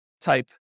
type